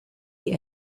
die